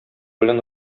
белән